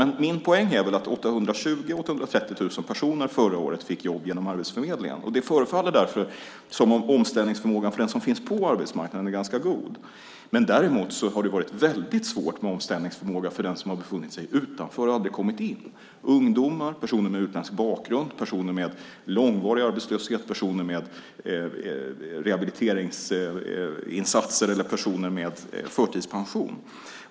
Men min poäng är att 820 000-830 000 personer förra året fick jobb genom Arbetsförmedlingen. Det förefaller därför som om omställningsförmågan för den som finns på arbetsmarknaden är ganska god. Däremot har det varit väldigt svårt med omställningsförmågan för den som har befunnit sig utanför arbetsmarknaden och aldrig kommit in - ungdomar, personer med utländsk bakgrund, personer med långvarig arbetslöshet, personer med behov av rehabiliteringsinsatser eller personer med förtidspension.